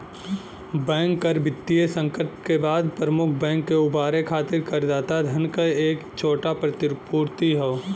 bank कर वित्तीय संकट के बाद प्रमुख बैंक के उबारे खातिर करदाता धन क एक छोटा प्रतिपूर्ति हौ